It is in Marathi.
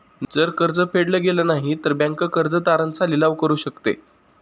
जर कर्ज फेडल गेलं नाही, तर बँक कर्ज तारण चा लिलाव करू शकते